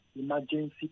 emergency